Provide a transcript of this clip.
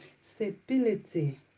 stability